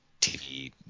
TV